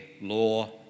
law